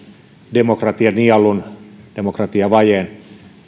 demokratianielun demokratiavajeen